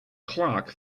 clark